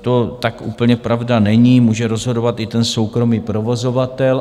To tak úplně pravda není, může rozhodovat i ten soukromý provozovatel.